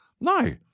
no